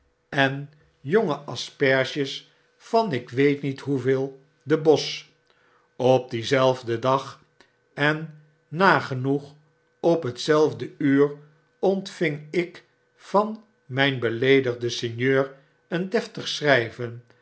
en jonge asperges van ik weet niet hoeveel de bosl op dienzelfden dag ennagenoeg op hetzelfde uur ontving ik van mijn beleedigden sinjeur een deftig schryven